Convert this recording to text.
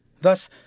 Thus